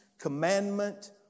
commandment